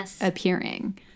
appearing